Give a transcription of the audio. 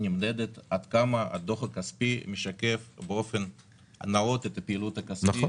נמדדת עד כמה הדוח הכספי משקף באופן נאות את הפעילות הכספית.